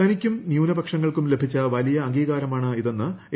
തനിക്കും ന്യൂനപക്ഷങ്ങൾക്കും ലഭിച്ച വലിയ അംഗീകാരമാണിതെന്ന് എ